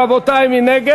קבוצת סיעת מרצ,